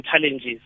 challenges